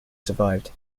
survived